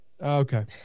okay